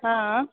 हां